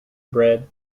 bread